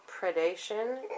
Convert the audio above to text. predation